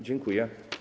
Dziękuję.